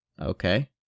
Okay